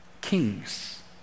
Kings